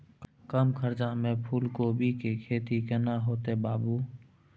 कम खर्चा में फूलकोबी के खेती केना होते बताबू?